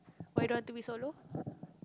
why you don't want to be solo